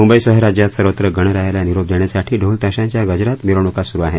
मुंबईसह राज्यात सर्वत्र गणरायाला निरोप देण्यासाठी ढोल ताशाच्या गजरात मिरवणुका सुरू आहेत